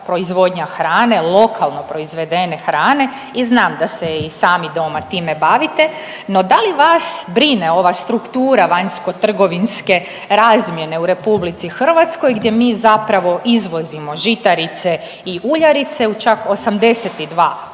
proizvodnja hrane, lokalno proizvedene hrane i znam da se i sami doma time bavite. No, da li vas brine ova struktura vanjskotrgovinske razmjene u RH gdje mi zapravo izvozimo žitarice i uljarice u čak 82%,